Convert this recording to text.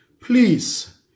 Please